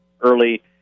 early